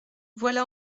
voilà